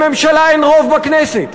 לממשלה אין רוב בכנסת,